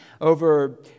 over